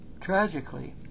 Tragically